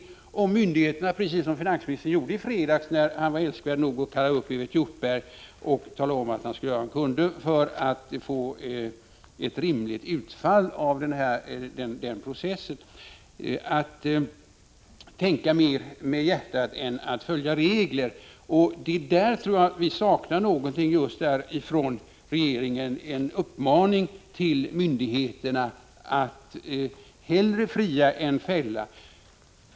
Myndigheterna måste mera tänka med hjärtat än följa regler, precis som finansministern gjorde i fredags, när han var älskvärd nog att kalla upp Evert Hjortberg och tala om att han skulle göra vad han kunde för att få ett rimligt utfall av processen. Vad som saknas tror jag är en uppmaning från regeringen till myndigheterna att hellre fria än fälla.